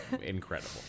incredible